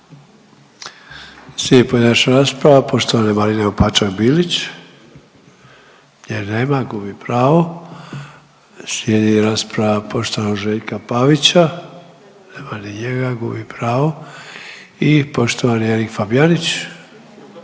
Slijedi pojedinačna rasprava poštovane Marine Opačak-Bilić. Nje nema, gubi pravo. Slijedi rasprava poštovanog Željka Pavića. Nema ni njega, gubi pravo. I poštovani Erik Fabijanić,